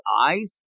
eyes